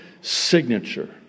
signature